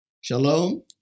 Shalom